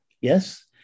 Yes